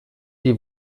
die